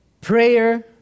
Prayer